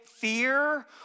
fear